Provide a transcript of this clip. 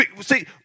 See